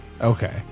Okay